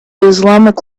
islamic